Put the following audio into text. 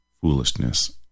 foolishness